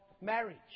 marriage